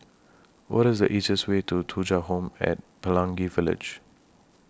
What IS The easiest Way to Thuja Home At Pelangi Village